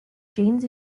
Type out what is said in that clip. genes